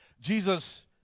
Jesus